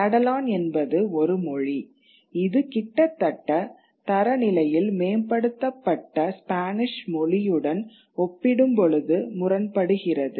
Catalan என்பது ஒரு மொழி இது கிட்டத்தட்ட தரநிலையில் மேம்படுத்தப்பட்ட ஸ்பானிஷ் மொழியுடன் ஒப்பிடும் பொழுது முரண்படுகிறது